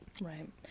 Right